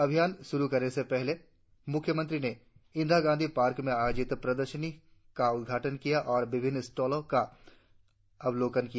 अभियान शुरु करने से पहले मुख्यमंत्री ने इंदिरा गांधी पार्क में आयोजित प्रदर्शनी का उद्घाटन किया और विभिन्न स्टोलों का अबलोकन किया